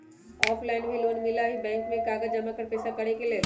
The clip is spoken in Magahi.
ऑफलाइन भी लोन मिलहई बैंक में कागज जमाकर पेशा करेके लेल?